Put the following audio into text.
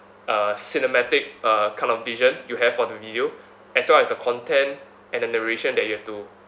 uh cinematic uh kind of vision you have for the video as well as the content and the narration that you have to